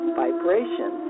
vibration